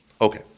Okay